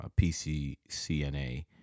PCCNA